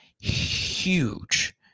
huge